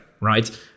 right